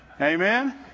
Amen